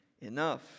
enough